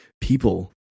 people